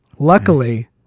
Luckily